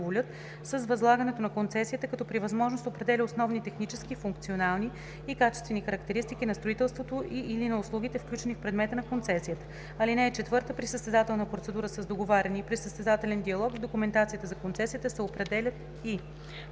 с възлагането на концесията, като при възможност определя основни технически, функционални и качествени характеристики на строителството и/или на услугите, включени в предмета на концесията. (4) При състезателна процедура с договаряне и при състезателен диалог в документацията за концесията се определят и: